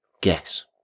guess